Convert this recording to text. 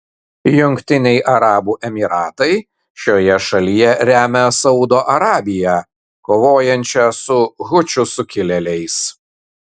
jungtiniai arabų emyratai šioje šalyje remia saudo arabiją kovojančią su hučių sukilėliais